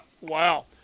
Wow